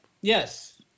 Yes